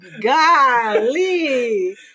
golly